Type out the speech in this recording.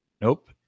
Nope